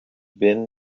been